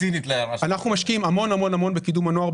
אנחנו משקיעים המון בקידום הנוער,